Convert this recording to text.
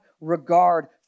regard